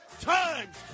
times